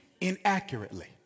inaccurately